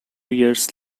years